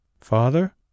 Father